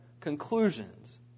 conclusions